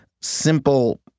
simple